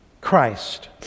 Christ